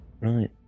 right